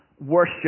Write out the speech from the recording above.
worship